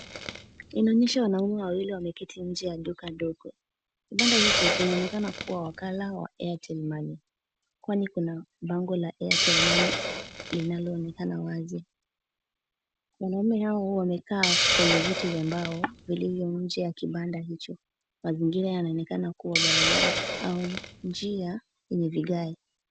Inaonyesha wanaume wawili wameketi nje ya duka dogo. Kibanda hicho kinaonekana kuwa wakala wa Airtel Money kwani kuna bango la Airtel Money linaloonekana wazi. Wanaume hao wamekaa kwenye viti vya mbao vilivyo nje ya kibanda hicho. Mazingira yanaonekana kuwa barabara au njia yenye vigae.